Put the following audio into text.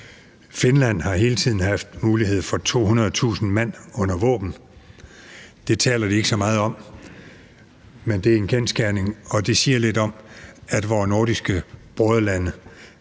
Finland har hele tiden haft mulighed for 200.000 mand under våben. Det taler de ikke så meget om, men det er en kendsgerning, og det siger lidt om, at man i vore nordiske broderlande